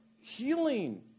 healing